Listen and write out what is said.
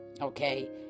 okay